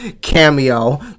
cameo